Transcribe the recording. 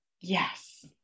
yes